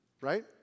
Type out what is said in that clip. right